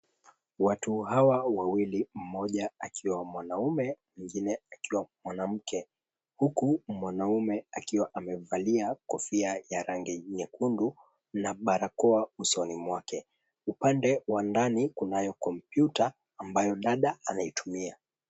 Watu hawa wawili, mmoja akiwa mwanamume, mwingine akiwa mwanamke. Huku mwanamume akiwa amevalia kofia ya rangi nyekundu na barakoa usoni mwake. Upande wa ndani kunayo kompyuta ambayo dada anaitumia.